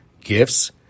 gifts